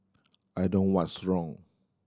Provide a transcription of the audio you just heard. I don't what's wrong